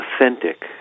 authentic